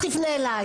אל תפנה אלי.